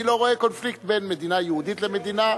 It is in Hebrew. אני לא רואה קונפליקט בין מדינה יהודית למדינה,